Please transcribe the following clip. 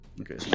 okay